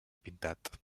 pintat